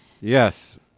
Yes